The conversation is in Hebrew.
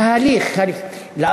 ההליך, ההליך.